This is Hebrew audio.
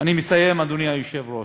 אני מסיים, אדוני היושב-ראש.